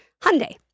Hyundai